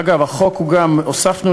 אגב, הוספנו